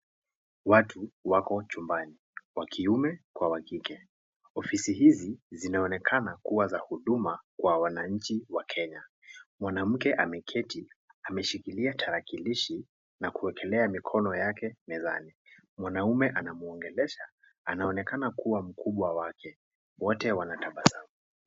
Watu wako chumbani, wa kiume kwa wa kike. Ofisi hizi zinaonekana kuwa za huduma kwa wananchi wa Kenya. Mwanamke ameketi. Ameshikilia tarakilishi na kuekelea mikono yake mezani. Mwanaume anamwongelesha. Anaonekana kuwa mkubwa wake. Wote wanatabasamu.